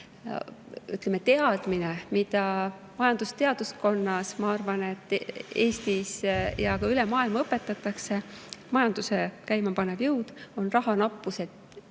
teadmine, mida majandusteaduskonnas, ma arvan, Eestis ja ka üle maailma õpetatakse: majanduse käimapanev jõud on rahanappus. Alati